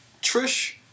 Trish